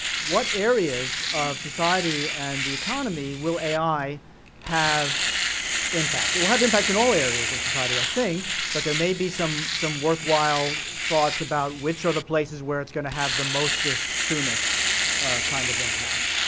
what areas of society and the economy will ai have impact, it will have impact in all areas of society. i think, but there may be some some worthwhile thoughts about which are the places where it's gonna have the mostest, soonest kind of impact.